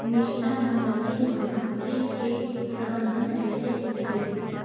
मिरचा मा लगे वाला कीट के प्रबंधन कइसे होथे?